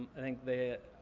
i think they,